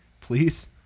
please